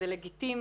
זה לגיטימי.